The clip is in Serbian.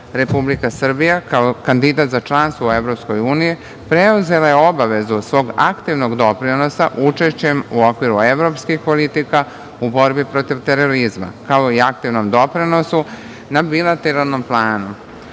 Republika Srbija kao kandidat za članstvo EU preuzela je obavezu svog aktivnog doprinosa učešćem u okviru evropskih politika u borbi protiv terorizma, kao i aktivnom doprinosu na bilateralnom planu.U